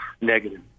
negative